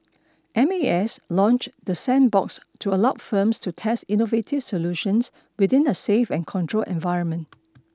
M A S launched the sandbox to allow firms to test innovative solutions within a safe and controlled environment